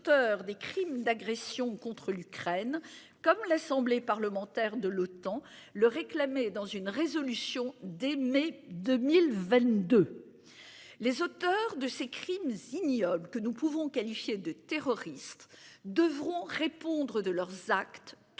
des auteurs des crimes d'agression contre l'Ukraine, comme l'Assemblée parlementaire de l'OTAN le réclamé dans une résolution dès mai 2022. Les auteurs de ces crimes ignobles que nous pouvons qualifier de terroriste devront répondre de leurs actes, tout comme